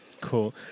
Cool